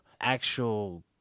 actual